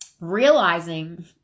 realizing